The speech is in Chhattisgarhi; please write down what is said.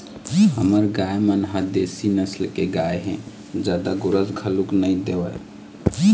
हमर गाय मन ह देशी नसल के गाय हे जादा गोरस घलोक नइ देवय